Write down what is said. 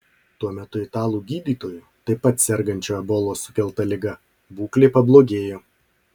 tuo metu italų gydytojo taip pat sergančio ebolos sukelta liga būklė pablogėjo